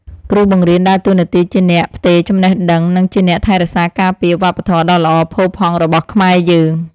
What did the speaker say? គ្រូបង្រៀនដើរតួនាទីជាអ្នកផ្ទេរចំណេះដឹងនិងជាអ្នកថែរក្សាការពារវប្បធម៌ដ៏ល្អផូរផង់របស់ខ្មែរយើង។